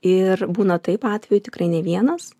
ir būna taip atvejų tikrai ne vienas